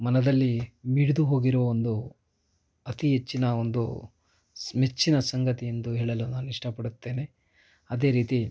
ಮನದಲ್ಲಿ ಮಿಡಿದು ಹೋಗಿರೋ ಒಂದು ಅತೀ ಹೆಚ್ಚಿನ ಒಂದು ಮೆಚ್ಚಿನ ಸಂಗತಿ ಎಂದು ಹೇಳಲು ನಾನು ಇಷ್ಟಪಡುತ್ತೇನೆ ಅದೇ ರೀತಿ